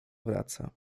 wraca